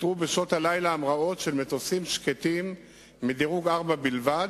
יותרו בשעות הלילה המראות של מטוסים שקטים מדירוג 4 בלבד,